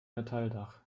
metalldach